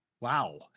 Wow